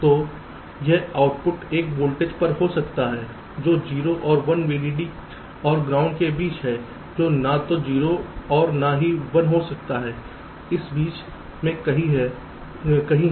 तो यह आउटपुट एक वोल्टेज पर हो सकता है जो 0 और 1 वीडीडी और ग्राउंड के बीच है जो न तो 0 और न ही 1 हो सकता है यह बीच में कहीं है